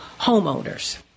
homeowners